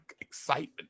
excitement